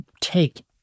take